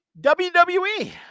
WWE